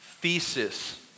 thesis